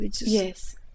Yes